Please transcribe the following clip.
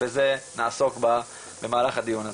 ובזה נעסוק במהלך הדיון הזה.